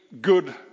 good